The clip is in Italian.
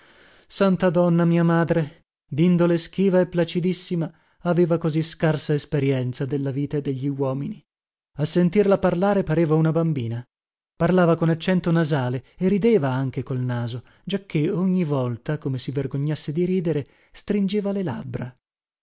santa donna mia madre dindole schiva e placidissima aveva così scarsa esperienza della vita e degli uomini a sentirla parlare pareva una bambina parlava con accento nasale e rideva anche col naso giacché ogni volta come si vergognasse di ridere stringeva le labbra